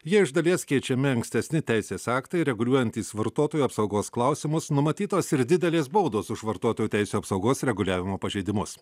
ja iš dalies keičiami ankstesni teisės aktai reguliuojantys vartotojų apsaugos klausimus numatytos ir didelės baudos už vartotojų teisių apsaugos reguliavimo pažeidimus